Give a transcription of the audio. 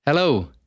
Hello